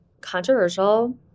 controversial